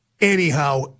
Anyhow